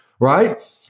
right